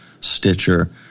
Stitcher